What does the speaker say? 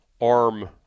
arm